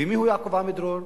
ומיהו יעקב עמידרור?